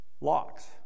locks